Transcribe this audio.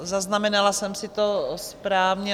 Zaznamenala jsem si to správně?